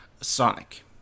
Sonic